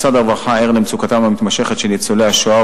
משרד הרווחה ער למצוקתם המתמשכת של ניצולי השואה,